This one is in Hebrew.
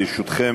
ברשותכם,